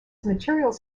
materials